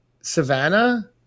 Savannah